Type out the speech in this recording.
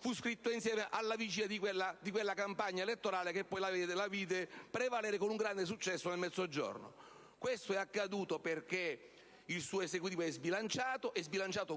fu scritto insieme, alla vigilia di quella campagna elettorale che poi la vide prevalere con grande successo nel Mezzogiorno. Questo è accaduto perché il suo Esecutivo è sbilanciato